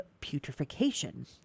putrefaction